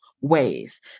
ways